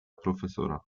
profesora